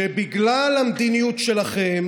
שבגלל המדיניות שלכם